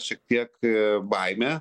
šiek tiek baimę